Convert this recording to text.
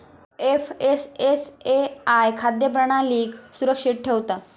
FSSAI खाद्य प्रणालीक सुरक्षित ठेवता